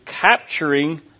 capturing